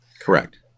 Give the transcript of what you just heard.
Correct